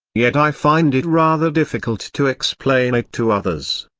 yet i find it rather difficult to explain it to others.